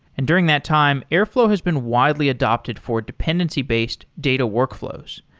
and during that time, airflow has been widely adapted for dependency-based data workflows.